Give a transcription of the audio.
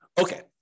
Okay